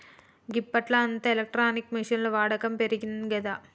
గిప్పట్ల అంతా ఎలక్ట్రానిక్ మిషిన్ల వాడకం పెరిగిందిగదా